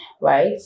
right